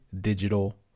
digital